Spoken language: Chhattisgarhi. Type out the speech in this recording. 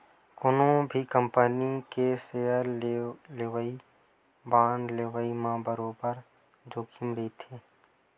कोनो भी कंपनी के सेयर लेवई, बांड लेवई म बरोबर जोखिम रहिथे